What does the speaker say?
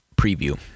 preview